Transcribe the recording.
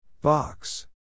Box